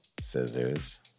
Scissors